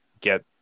get